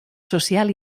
social